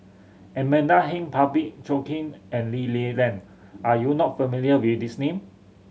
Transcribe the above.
Amanda Heng Parsick Joaquim and Lee Li Lian are you not familiar with these name